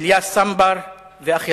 אליאס סנבר ואחרים.